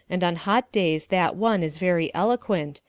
and on hot days that one is very eloquent,